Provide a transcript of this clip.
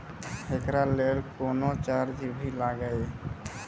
एकरा लेल कुनो चार्ज भी लागैये?